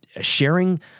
Sharing